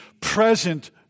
present